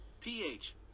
pH